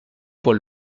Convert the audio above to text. paul